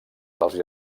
dels